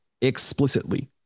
explicitly